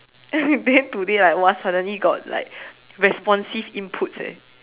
and then today like !wah! suddenly got like responsive inputs leh